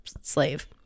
slave